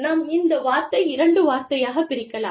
நாம் இந்த வார்த்தை இரண்டு வார்த்தையாகப் பிரிக்கலாம்